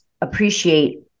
appreciate